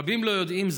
רבים לא יודעים זאת,